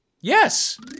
Yes